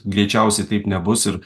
greičiausiai taip nebus ir